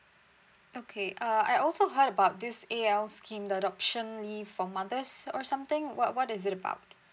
okay uh I also heard about this A_L scheme adoption leave for mothers or something what what is it about